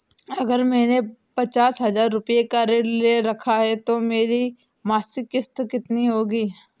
अगर मैंने पचास हज़ार रूपये का ऋण ले रखा है तो मेरी मासिक किश्त कितनी होगी?